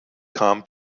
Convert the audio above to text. kam